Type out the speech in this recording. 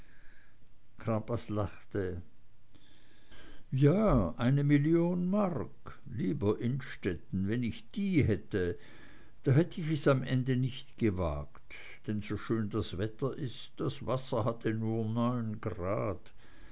crampas lachte ja eine million mark lieber innstetten wenn ich die hätte da hätt ich es am ende nicht gewagt denn so schön das wetter ist das wasser hatte nur neun grad